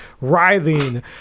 writhing